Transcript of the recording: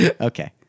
Okay